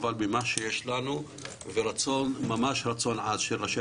אבל עם מה שיש לנו ורצון עז של ראשי